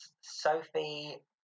Sophie